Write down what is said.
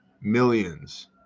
millions